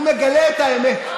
הוא מגלה את האמת.